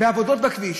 בעבודות בכביש,